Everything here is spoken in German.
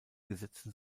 gesetzen